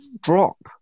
drop